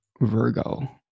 Virgo